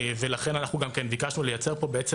לכן אנחנו גם ביקשנו לייצר פה בעצם